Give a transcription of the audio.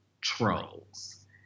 trolls